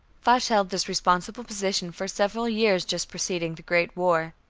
foch held this responsible position for several years just preceding the great war.